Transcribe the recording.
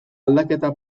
aldaketa